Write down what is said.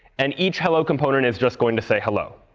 and each hello component is just going to say hello.